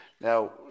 Now